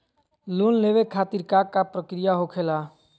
Loan लेवे खातिर का का प्रक्रिया होखेला?